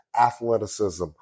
athleticism